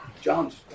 John's